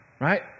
right